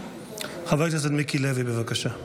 חבר הכנסת מיקי לוי, בבקשה.